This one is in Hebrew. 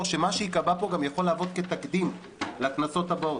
שמה שייקבע פה גם יכול להוות תקדים לכנסות הבאות.